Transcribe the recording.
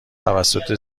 توسط